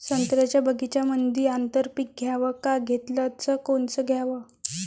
संत्र्याच्या बगीच्यामंदी आंतर पीक घ्याव का घेतलं च कोनचं घ्याव?